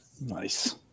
Nice